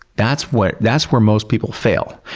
that's where that's where most people fail,